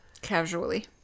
Casually